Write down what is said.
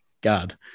God